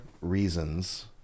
reasons